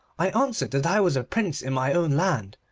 i answered that i was a prince in my own land,